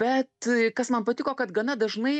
bet kas man patiko kad gana dažnai